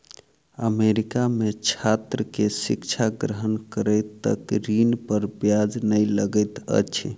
America में छात्र के शिक्षा ग्रहण करै तक ऋण पर ब्याज नै लगैत अछि